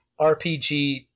RPG